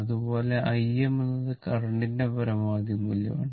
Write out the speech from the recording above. അതുപോലെ Im എന്നത് കറന്റിന്റെ പരമാവധി മൂല്യമാണ്